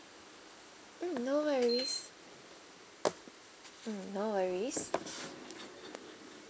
mm no worries mm no worries